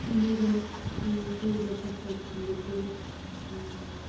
मेरो एक वर्ष पछिल्लो चाहिँ